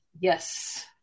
Yes